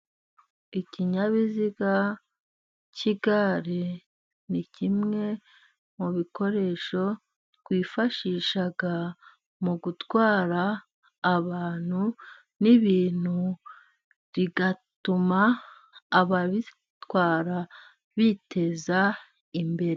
Ikinyabiziga cy'igare ni kimwe mu bikoresho twifashisha mugutwara abantu n'ibintu, rigatuma ababitwara biteza imbere.